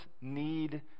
need